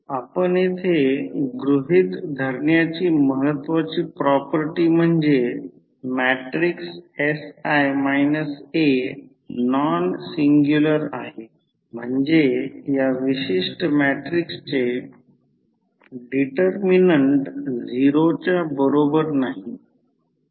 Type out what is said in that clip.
आपण येथे गृहित धरण्याची महत्त्वाची प्रॉपर्टी म्हणजे matrix sI A non singular आहे म्हणजे या विशिष्ट मॅट्रिक्सचे डिटर्मिनन्ट 0 च्या बरोबर नाही